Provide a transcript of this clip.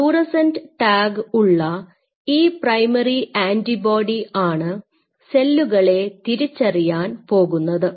അതായത് fluorescent tag ഉള്ള ഈ പ്രൈമറി ആൻറിബോഡി ആണ് സെല്ലുകളെ തിരിച്ചറിയാൻ പോകുന്നത്